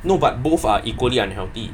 no but both are equally unhealthy